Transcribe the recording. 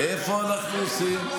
איפה אנחנו עושים,